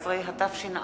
14), התש"ע